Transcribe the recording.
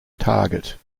target